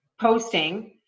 posting